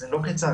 זה לא כצעקתה.